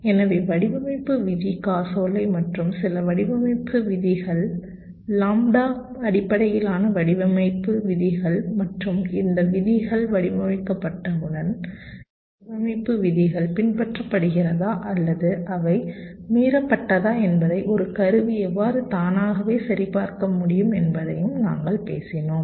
எனவே வடிவமைப்பு விதி காசோலை மற்றும் சில வடிவமைப்பு விதிகள் லாம்ப்டா அடிப்படையிலான வடிவமைப்பு விதிகள் மற்றும் இந்த விதிகள் வடிவமைக்கப்பட்டவுடன் இந்த வடிவமைப்பு விதிகள் பின்பற்றப்படுகிறதா அல்லது அவை மீறப்பட்டதா என்பதை ஒரு கருவி எவ்வாறு தானாகவே சரிபார்க்க முடியும் என்பதையும் நாங்கள் பேசினோம்